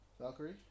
valkyrie